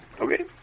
Okay